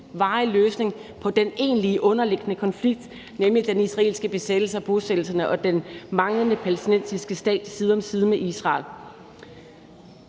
varig løsning på den egentlige underliggende konflikt, nemlig den israelske besættelse og bosættelserne og den manglende palæstinensiske stat side om side med Israel.